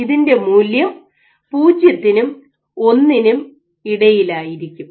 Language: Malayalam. ഇതിൻറെ മൂല്യം പൂജ്യത്തിനും ഒന്നിനും ഇടയിലായിരിക്കും